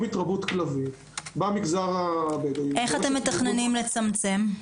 התרבות כלבים במגזר הבדווי --- איך אתם מתכוונים לצמצם?